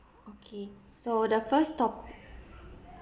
okay so the first top~